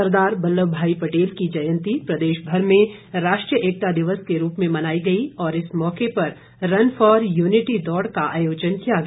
सरदार वल्लभ भाई पटेल की जयंती प्रदेश भर में राष्ट्रीय एकता दिवस के रूप में मनाया गई और इस मौके रन फॉर यूनिटी दौड़ का आयोजन किया गया